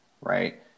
right